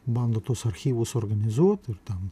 bando tuos archyvus suorganizuot ir ten